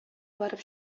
барып